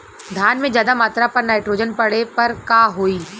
धान में ज्यादा मात्रा पर नाइट्रोजन पड़े पर का होई?